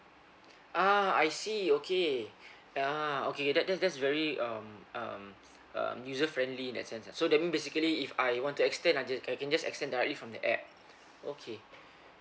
ah I see okay ah okay that that that's very um um um user friendly in that sense ah so that mean basically if I want to extend I just I can just extend directly from the app okay